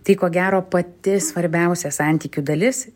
tai ko gero pati svarbiausia santykių dalis